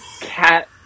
cat